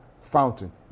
fountain